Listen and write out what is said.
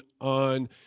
on